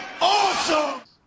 awesome